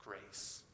grace